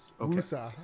Okay